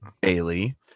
Bailey